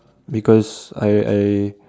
because I I